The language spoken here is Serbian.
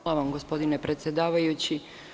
Hvala vam, gospodine predsedavajući.